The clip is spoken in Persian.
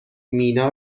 مینا